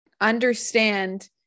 understand